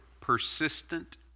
persistent